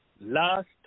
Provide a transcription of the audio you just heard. last